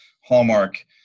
hallmark